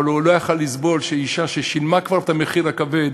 אבל הוא לא היה יכול לסבול שאישה ששילמה כבר את המחיר הכבד,